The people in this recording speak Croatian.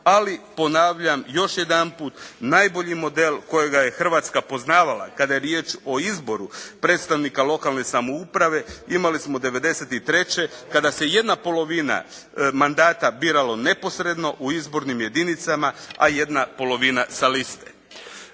ali ponavljam još jedanput najbolji model kojega je Hrvatska poznavala kada je riječ o izboru predstavnika lokalne samouprave imali smo 93. kada se jedna polovina mandata biralo neposredno u izbornim jedinicama a jedna polovina sa liste.